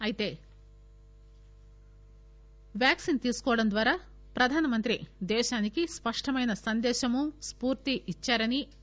అయితే వ్యాక్సిన్ తీసుకోవడం ద్వారా ప్రధాన మంత్రి దేశానికి స్పష్టమైన సందేశంమూ స్పూర్తినిచ్చారని అన్నారు